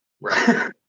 Right